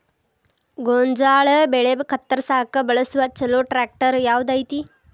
ಗೋಂಜಾಳ ಬೆಳೆ ಕತ್ರಸಾಕ್ ಬಳಸುವ ಛಲೋ ಟ್ರ್ಯಾಕ್ಟರ್ ಯಾವ್ದ್ ಐತಿ?